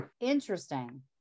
interesting